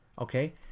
Okay